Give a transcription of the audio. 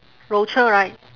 rochor right